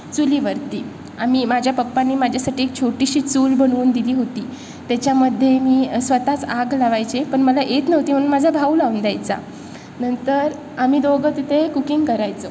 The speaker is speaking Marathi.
चुलीवरती आणि माझ्या पप्पांनी माझ्यासाठी एक छोटीशी चूल बनवून दिली होती त्याच्यामध्ये मी स्वतःच आग लावायचे पण मला येत नव्हती म्हणून माझा भाऊ लावून द्यायचा नंतर आम्ही दोघं तिथे कुकिंग करायचो